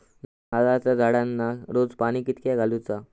नारळाचा झाडांना रोज कितक्या पाणी घालुचा?